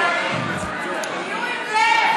תהיו עם לב.